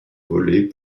volées